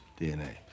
DNA